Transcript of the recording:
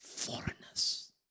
foreigners